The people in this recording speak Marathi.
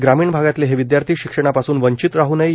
ग्रामीण भागातले हे विद्यार्थी शिक्षणापासून वंचित राह् नये